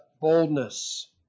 boldness